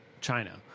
China